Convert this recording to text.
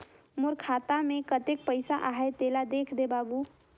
मोर खाता मे कतेक पइसा आहाय तेला देख दे बाबु?